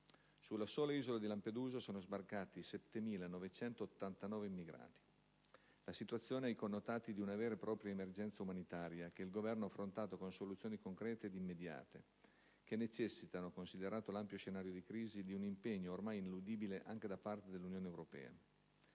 Sulla sola isola di Lampedusa sono sbarcati 7.989 immigrati. La situazione ha i connotati di una vera e propria emergenza umanitaria che il Governo ha affrontato con soluzioni concrete ed immediate, che necessitano - considerato l'ampio scenario di crisi - di un impegno ormai ineludibile anche da parte dell'Unione europea.